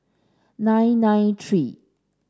nine nine three